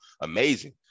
amazing